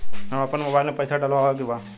हम आपन मोबाइल में पैसा डलवावे के बा?